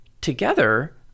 together